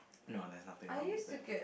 no there's nothing wrong with that